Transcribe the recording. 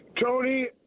Tony